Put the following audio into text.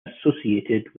associated